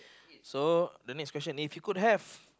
so the next question if you could have